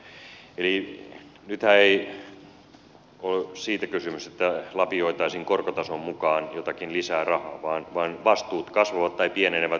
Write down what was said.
eli nythän ei ole siitä kysymys että lapioitaisiin korkotason mukaan lisää jotakin rahaa vaan vastuut kasvavat tai pienenevät korkotason myötä